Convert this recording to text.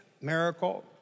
miracle